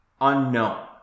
unknown